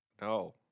No